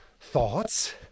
thoughts